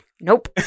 Nope